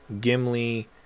Gimli